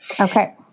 okay